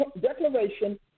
declaration